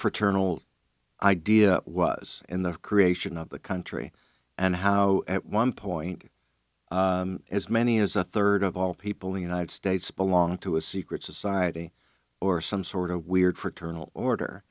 fraternal idea was in the creation of the country and how at one point as many as a third of all people in united states belong to a secret society or some sort of weird for eternal order